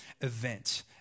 event